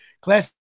class